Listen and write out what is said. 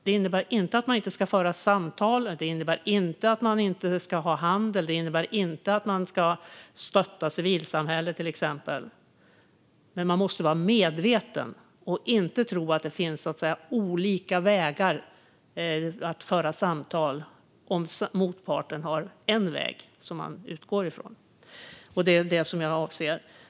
Det innebär inte att man inte ska föra samtal, det innebär inte att man inte ska ha handel och det innebär inte att man inte ska stötta civilsamhället, till exempel. Men man måste vara medveten och inte tro att det finns olika vägar att föra samtal om motparten har en väg som man utgår ifrån. Det är det jag avser.